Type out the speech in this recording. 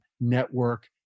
network